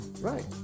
Right